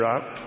up